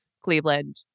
Cleveland